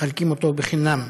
מחלקים אותו חינם,